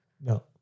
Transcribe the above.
No